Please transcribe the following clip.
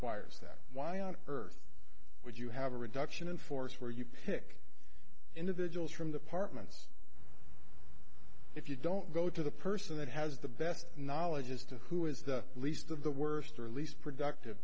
wires that why on earth would you have a reduction in force where you pick individuals from the part months if you don't go to the person that has the best knowledge as to who is the least of the worst or least productive